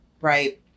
right